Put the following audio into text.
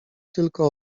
tylko